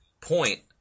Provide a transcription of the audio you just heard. point